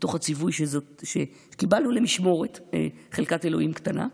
מתוך הציווי שקיבלנו למשמורת חלקת אלוהים קטנה.